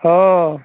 ହଁ